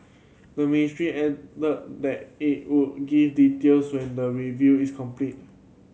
the ministry added that it would give details when the review is completed